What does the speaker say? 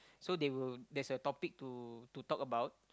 so they will there's a topic to to talk about